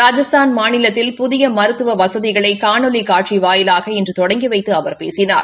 ராஜஸ்தான் மாநிலத்தில் புதிய மருத்துவ வசதிகளை காணொலி காட்சி வாயிலாக இன்று தொடங்கி வைத்து அவர் பேசினார்